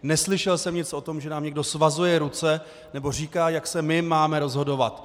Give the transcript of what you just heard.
Neslyšel jsem nic o tom, že nám někdo svazuje ruce nebo říká, jak se my máme rozhodovat.